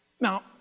Now